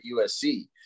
USC